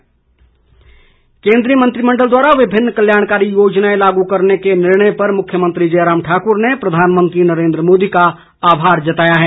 जयराम केंद्रीय मंत्रिमण्डल द्वारा विभिन्न कल्याणकारी योजनाएं लागू करने के निर्णय पर मुख्यमंत्री जयराम ठाक्र ने प्रधानमंत्री नरेन्द्र मोदी का आभार जताया है